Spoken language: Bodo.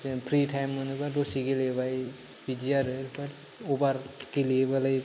जों फ्रि टाइम मोनोबा दसे गेलेबाय बिदि आरो अभार गेलेयोबालाय